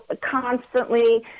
constantly